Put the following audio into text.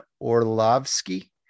Orlovsky